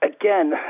Again